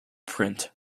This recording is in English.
print